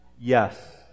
Yes